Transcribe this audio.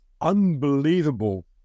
unbelievable